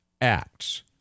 acts